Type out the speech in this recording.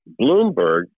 Bloomberg